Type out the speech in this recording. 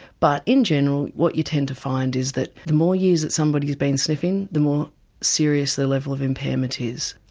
but in general what you tend to find is that the more years that somebody has been sniffing the more serious the level of impairment is.